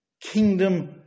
kingdom